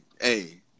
hey